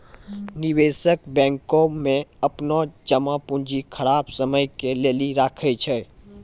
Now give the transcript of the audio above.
निवेशक बैंको मे अपनो जमा पूंजी खराब समय के लेली राखै छै